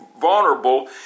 vulnerable